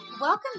Welcome